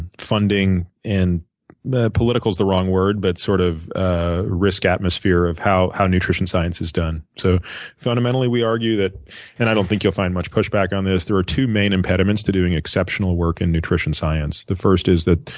and funding and political is the wrong word but sort of risk atmosphere of how how nutrition science is done. so fundamentally we argue that and i don't think you'll find much push back on this there are two main impediments do doing exceptional work in nutrition science. the first is that